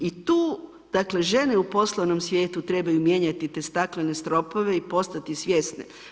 I tu dakle žene u poslovnom svijetu trebaju mijenjati te staklene stropove i postati svjesne.